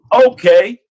Okay